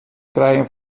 krijen